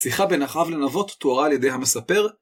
שיחה בין אחאב לנבות תוארה על ידי המספר